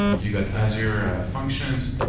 you get azure functions.